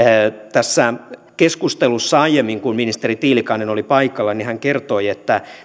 tässä keskustelussa aiemmin kun ministeri tiilikainen oli paikalla hän kertoi että